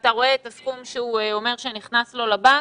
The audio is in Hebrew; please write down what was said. ואתה רואה את הסכום שהוא אומר שנכנס לו לבנק.